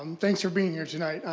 um thanks for being here tonight.